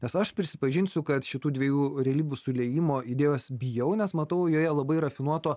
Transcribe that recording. nes aš prisipažinsiu kad šitų dviejų realybių susiliejimo idėjos bijau nes matau joje labai rafinuoto